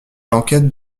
l’enquête